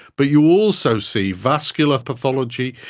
but you also see vascular pathology,